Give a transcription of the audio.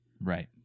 Right